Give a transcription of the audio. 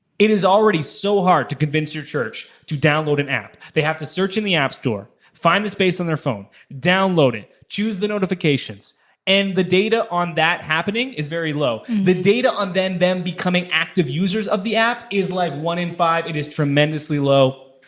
it is already so hard to convince your church to download an app. they have to search in the app store, find a space on their phone, download it, choose the notifications and the data on that happening in very low. the data on then them becoming active users of the app is like one in five, it is tremendously low.